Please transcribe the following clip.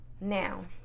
now